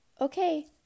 Okay